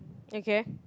okay